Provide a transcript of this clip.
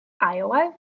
Iowa